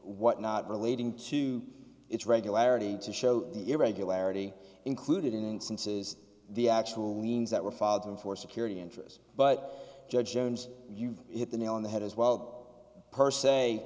whatnot relating to its regularity to show the irregularity included in instances the actual liens that were filed and for security interest but judge jones you've hit the nail on the head as well per se